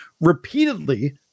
repeatedly